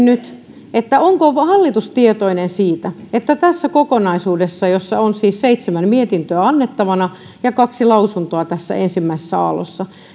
nyt onko onko hallitus tietoinen siitä että tässä kokonaisuudessa jossa on siis seitsemän mietintöä annettavana ja kaksi lausuntoa tässä ensimmäisessä aallossa